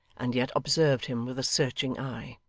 and yet observed him with a searching eye.